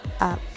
up